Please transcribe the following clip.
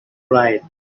right